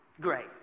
great